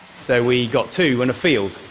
so we got two in a field.